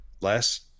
less